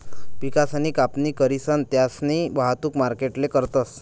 पिकसनी कापणी करीसन त्यास्नी वाहतुक मार्केटले करतस